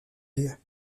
œil